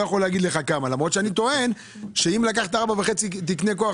יכול לומר למרות שאני טוען שאם לקחת 4.5 תקני כוח